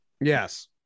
Yes